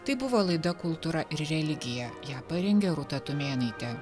tai buvo laida kultūra ir religija ją parengė rūta tumėnaitė